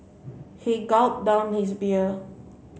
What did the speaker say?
he gulped down his beer